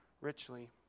richly